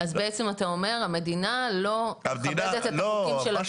אז בעצם אתה אומר שהמדינה לא מכבדת את החוקים של עצמה.